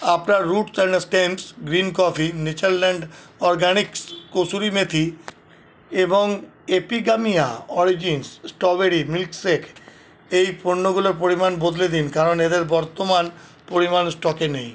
আপনার root and stems green coffee Natureland Organics kasuri methi এবং Epigamia origins strawberry milkshake এই পণ্যগুলোর পরিমাণ বদলে দিন কারণ এদের বর্তমান পরিমাণ স্টকে নেই